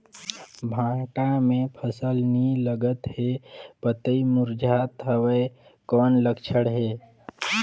भांटा मे फल नी लागत हे पतई मुरझात हवय कौन लक्षण हे?